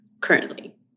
currently